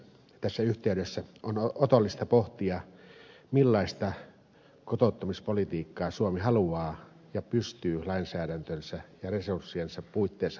tässä yhteydessä on otollista pohtia millaista kotouttamispolitiikkaa suomi haluaa ja voi lainsäädäntönsä ja resurssiensa puitteissa harjoittaa